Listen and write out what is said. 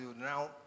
now